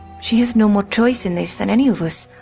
she has no more choice in this than any of us.